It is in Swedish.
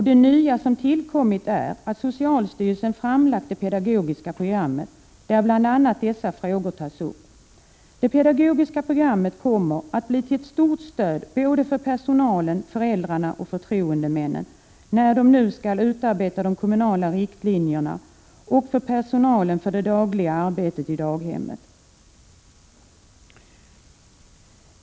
Det nya som tillkommit är att socialstyrelsen framlagt det pedagogiska programmet, där bl.a. dessa frågor tas upp. Programmet kommer att bli till ett stort stöd för både personalen, föräldrarna och förtroendemännen när de kommunala riktlinjerna skall utarbetas och för personalen i det dagliga arbetet i daghemmen.